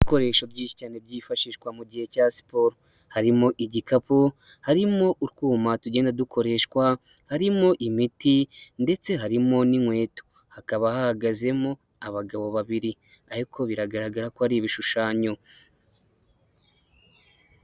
Ibikoresho byinshi cyane, byifashishwa mu gihe cya siporo harimo igikapu harimo utwuma tugenda dukoreshwa, harimo imiti ndetse harimo n'inkweto, hakaba hahagazemo abagabo babiri ariko biragaragara ko ari ibishushanyo.